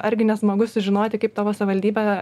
argi nesmagu sužinoti kaip tavo savivaldybė